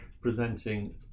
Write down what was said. presenting